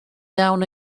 down